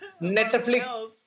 Netflix